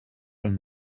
from